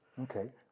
Okay